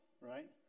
right